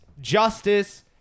justice